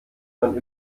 man